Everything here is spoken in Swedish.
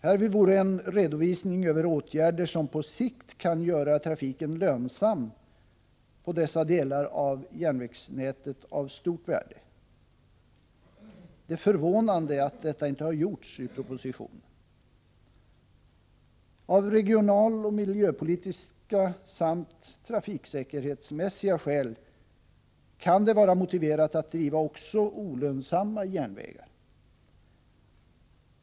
Härvid vore en redovisning över åtgärder som på sikt kan göra trafiken lönsam på dessa delar av järnvägsnätet av stort värde. Det är förvånande att den inte har gjorts i propositionen. Av regionaloch miljöpolitiska samt trafiksäkerhetsmässiga skäl kan det vara motiverat att driva också olönsamma järnvägar.